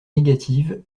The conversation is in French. négatives